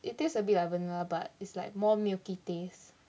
it tastes a bit like vanilla but it's like more milky taste